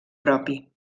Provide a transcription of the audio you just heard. propi